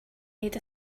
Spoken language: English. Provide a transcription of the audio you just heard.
need